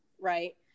right